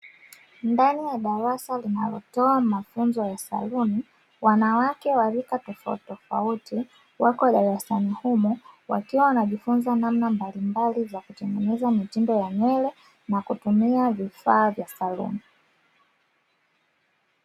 Ndani ya darasa linalotoa mafunzo ya saluni wanawake wa rika tofauti tofauti wako darasani humo wakiwa wanajifunza namna mbalimbali za kutengeneza mitindo ya nywele na kutumia vifaa vya saluni.